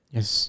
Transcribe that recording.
Yes